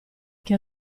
che